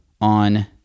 on